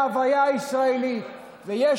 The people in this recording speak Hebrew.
מהרבנים שיוצאים נגד צה"ל, ויוצאים